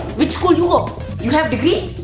which school you have degree?